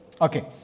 Okay